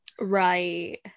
Right